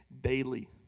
daily